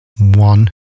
one